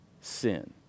sin